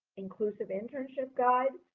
inclusive internship guide,